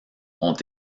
ont